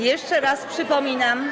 Jeszcze raz przypominam.